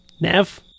Nev